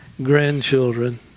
grandchildren